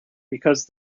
because